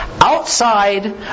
outside